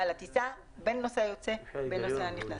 לטיסה בין לנוסע יוצא ובין לנוסע נכנס.